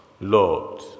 lord